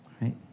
right